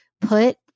Put